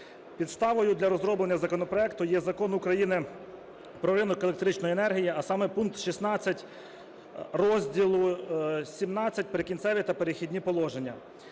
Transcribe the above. Підставою для розроблення законопроекту є Закон України "Про ринок електричної енергії", а саме пункт 16 розділу XVII "Прикінцеві та перехідні положення".